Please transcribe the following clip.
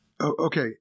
Okay